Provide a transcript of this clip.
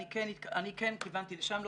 אני כן כיוונתי לשם.